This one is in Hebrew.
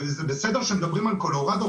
זה בסדר שמדברים על קולורדו,